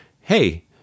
Hey